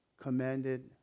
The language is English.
commanded